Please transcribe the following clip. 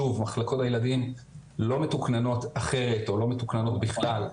שוב מחלקות הילדים לא מתוכננות אחרת או לא מתוכננות בכלל,